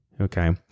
okay